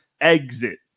exit